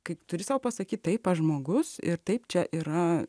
kai turi sau pasakyt taip aš žmogus ir taip čia yra